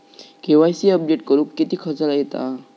KYC update करुक किती खर्च येता?